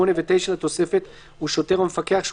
(8) ו-(9) לתוספת הוא שוטר או מפקח שהוא